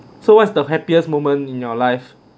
so what's the happiest moment in your life